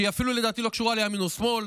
שלפי דעתי אפילו לא קשורה לימין או שמאל,